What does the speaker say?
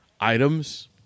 items